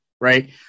right